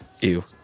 Ew